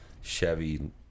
Chevy